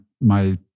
my-